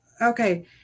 Okay